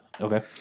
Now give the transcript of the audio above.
Okay